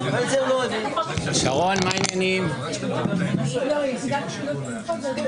אמרת לי: תבוא הסנגוריה ותריב איתי על שיקול העת ועל